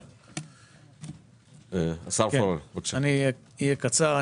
אני אהיה קצר,